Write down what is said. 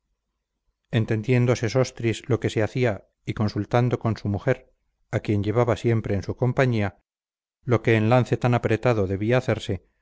entendiendo sesostris lo que se hacía y consultando con su mujer a quien llevaba siempre en su compañía lo que en lance tan apretado debía hacerse